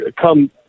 come